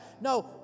No